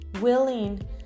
willing